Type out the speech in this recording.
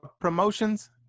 Promotions